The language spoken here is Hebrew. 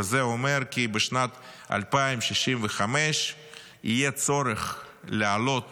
וזה אומר שבשנת 2065 יהיה צורך להעלות